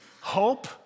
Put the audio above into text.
Hope